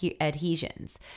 adhesions